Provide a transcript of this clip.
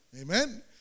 amen